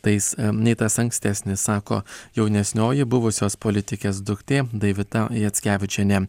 tais nei tas ankstesnis sako jaunesnioji buvusios politikės duktė daivita jackevičienė